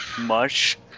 mush